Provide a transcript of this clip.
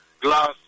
glass